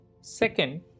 Second